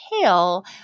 tail